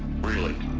really,